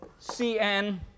cn